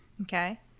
Okay